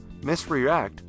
misreact